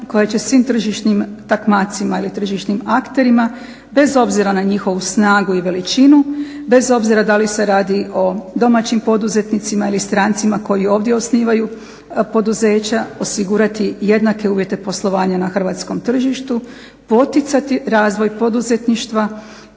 koje će svim tržišnim takmacima ili tržišnim akterima bez obzira na njihovu snagu i veličinu, bez obzira da li se radi o domaćim poduzetnicima ili strancima koji ovdje osnivaju poduzeća osigurati jednake uvjete poslovanja na hrvatskom tržištu, poticati razvoj poduzetništva